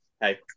hey